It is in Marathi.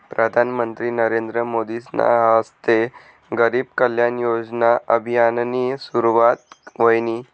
प्रधानमंत्री नरेंद्र मोदीसना हस्ते गरीब कल्याण योजना अभियाननी सुरुवात व्हयनी